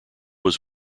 was